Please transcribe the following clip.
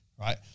right